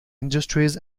industries